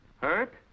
Hurt